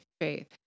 faith